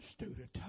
student